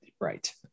Right